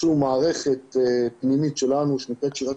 איזושהי מערכת פנימית שלנו שנקראת שירת